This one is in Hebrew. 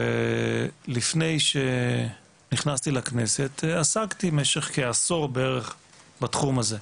לפני שנכנסתי לכנסת עסקתי משך כעשור בתחום הזה.